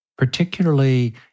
particularly